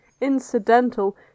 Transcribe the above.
incidental